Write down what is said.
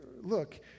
look